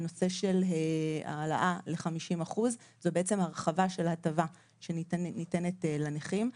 הנושא של העלאה ל-50% זו בעצם הרחבה של הטבה שניתנת לנכים.